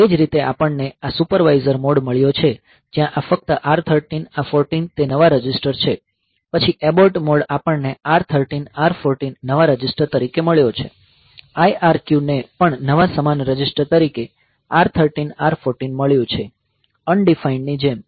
એ જ રીતે આપણને આ સુપરવાઈઝર મોડ મળ્યો છે જ્યાં આ ફક્ત R 13 R 14 તે નવા રજિસ્ટર છે પછી એબોર્ટ મોડ આપણને R 13 R 14 નવા રજિસ્ટર તરીકે મળ્યો છે IRQ ને પણ નવા સમાન રજિસ્ટર તરીકે R 13 R 14 મળ્યો છે અનડિફાઇન્ડ ની જેમ